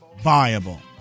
viable